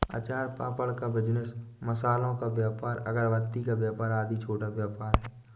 अचार पापड़ का बिजनेस, मसालों का व्यापार, अगरबत्ती का व्यापार आदि छोटा व्यापार है